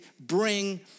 bring